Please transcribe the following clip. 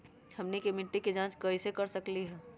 हमनी के मिट्टी के जाँच कैसे कर सकीले है?